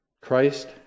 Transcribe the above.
Christ